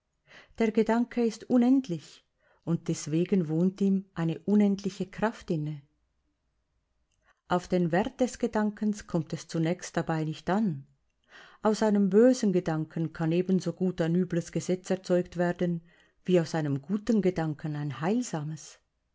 der gedanke ist unendlich und deswegen wohnt ihm eine unendliche kraft inne auf den wert des gedankens kommt es zunächst dabei nicht an aus einem bösen gedanken kann ebensogut ein übles gesetz erzeugt werden wie aus einem guten gedanken ein heilsames